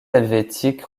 helvétique